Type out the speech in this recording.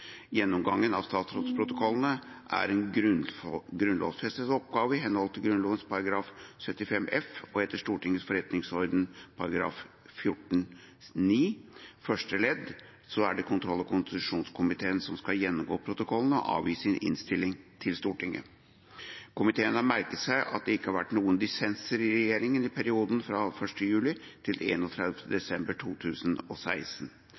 Gjennomgangen av statsrådsprotokollene er en grunnlovfestet oppgave i henhold til Grunnloven § 75 f, og etter Stortingets forretningsorden § 14-9 første ledd er det kontroll- og konstitusjonskomiteen som skal gjennomgå protokollene og avgi sin innstilling til Stortinget. Komiteen har merket seg at det ikke har vært noen dissenser i regjeringen i perioden fra 1. juli til